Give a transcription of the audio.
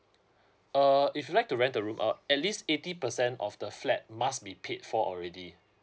uh if you'd like to rent the room out at least eighty percent of the flat must be paid for already